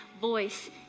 voice